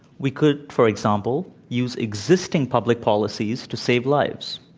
we could, for example, use existing public policies to save lives.